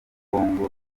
congo